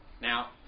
Now